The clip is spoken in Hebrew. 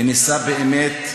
וניסה באמת,